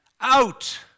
out